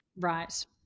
Right